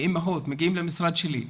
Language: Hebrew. מאמהות שמגיעות למשרד שלי,